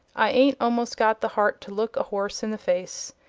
i ain't almost got the heart to look a horse in the face.